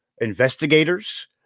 investigators